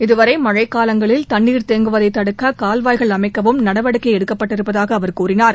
இதுதவிர மழைக் காலங்களில் தண்ணீர் தேங்குவதை தடுக்க கால்வாய்கள் அமைக்கவும் நடவடிக்கை எடுக்கப்பட்டிருப்பதாக அவர் கூறினார்